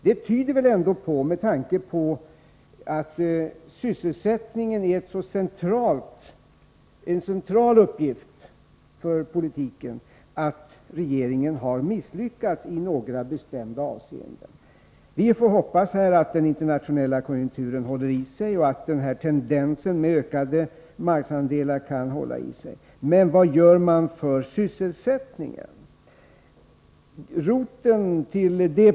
Det tyder väl ändå på, eftersom sysselsättningen är en central uppgift för den socialdemokratiska politiken, att regeringen har misslyckats. Vi får hoppas att den internationella konjunkturen håller i sig och att tendensen till ökade marknadsandelar fortsätter. Men vad gör man för sysselsättningen?